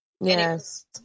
Yes